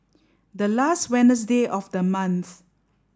the last Wednesday of the month